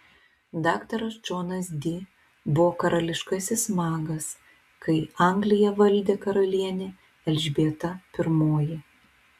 daktaras džonas di buvo karališkasis magas kai angliją valdė karalienė elžbieta i